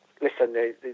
listen